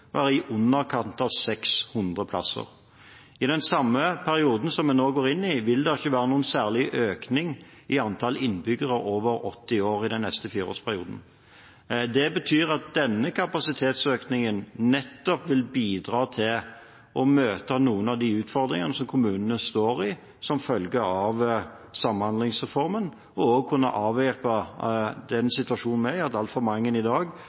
i underkant av 600 plasser. I den perioden som vi nå går inn i – den neste fireårsperioden – vil det ikke være noen særlig økning i antall innbyggere over 80 år. Det betyr at denne kapasitetsøkningen nettopp vil bidra til å møte noen av de utfordringene som kommunene står i, som følge av Samhandlingsreformen, og også å kunne avhjelpe den situasjonen vi er i, at altfor mange i dag